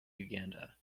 uganda